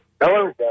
Hello